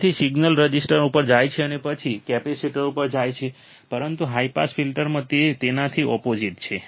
તેથી signal resistor ઉપર જાય છે અને પછી તે કેપેસિટર ઉપર જાય છે પરંતુ હાઈ પાસ ફિલ્ટરમાં તે તેનાથી ઓપોઝિટ છે